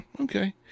okay